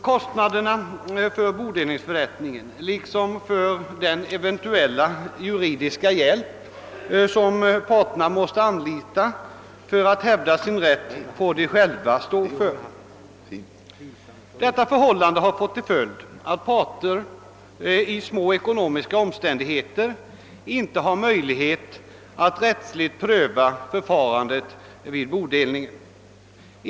Kostnaderna för bodelningsförrättningen, liksom för den eventuella juridiska hjälp parterna måste anlita för att hävda sin rätt, får dessa själva stå för. Detta förhållande har fått till följd att parter i små ekonomiska omständigheter inte har möjlighet att rättsligt pröva förfarandet vid bodelningen.